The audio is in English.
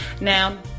Now